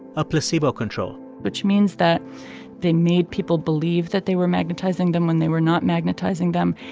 a placebo control which means that they made people believe that they were magnetizing them when they were not magnetizing them.